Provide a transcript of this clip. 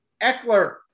eckler